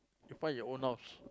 you find your own house